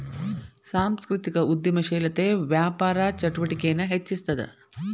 ಸಾಂಸ್ಕೃತಿಕ ಉದ್ಯಮಶೇಲತೆ ವ್ಯಾಪಾರ ಚಟುವಟಿಕೆನ ಹೆಚ್ಚಿಸ್ತದ